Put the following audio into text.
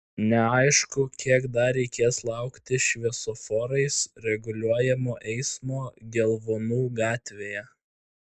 neaišku kiek dar reikės laukti šviesoforais reguliuojamo eismo gelvonų gatvėje